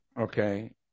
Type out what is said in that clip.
Okay